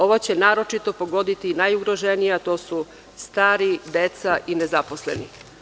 Ovo će naročito pogoditi najugroženije, a to su stari, deca i nezaposleni.